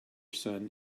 son